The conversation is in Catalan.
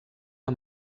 amb